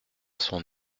son